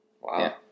Wow